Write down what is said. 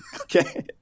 okay